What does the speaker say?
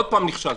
עוד פעם נכשלתי.